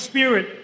Spirit